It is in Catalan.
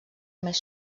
més